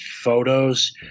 photos